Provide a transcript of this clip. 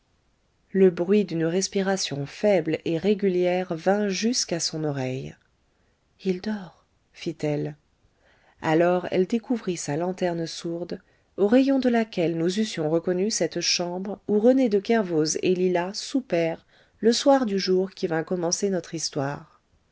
le bruit d'une respiration faible et régulière vint jusqu'à son oreille il dort fit-elle alors elle découvrit sa lanterne sourde aux rayons de laquelle nous eussions reconnu cette chambre où rené de kervoz et lila soupèrent le soir du jour qui vint commencer notre histoire